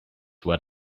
what